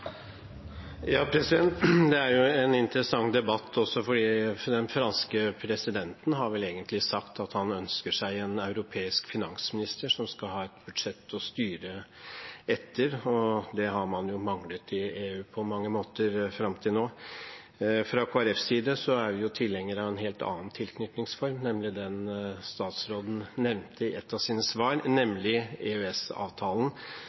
en interessant debatt også fordi den franske presidenten vel egentlig har sagt at han ønsker seg en europeisk finansminister, som skal ha et budsjett å styre etter. Det har man jo manglet i EU på mange måter fram til nå. Fra Kristelig Folkepartis side er vi tilhengere av en helt annen tilknytningsform, den som statsråden nevnte i et av sine svar,